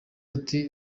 ati